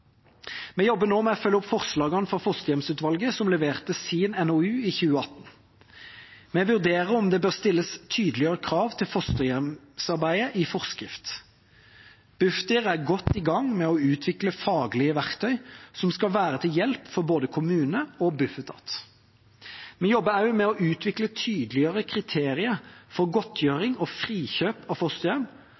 Vi jobber nå med å følge opp forslagene fra Fosterhjemsutvalget, som leverte sin NOU i 2018. Vi vurderer om det bør stilles tydeligere krav til fosterhjemsarbeidet i forskrift. Bufdir er godt i gang med å utvikle faglige verktøy som skal være til hjelp for både kommunene og Bufetat. Vi jobber også med å utvikle tydeligere kriterier for godtgjøring og frikjøp av fosterhjem,